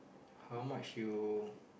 how much you